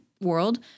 world